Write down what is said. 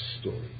story